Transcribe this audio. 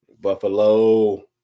buffalo